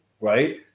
right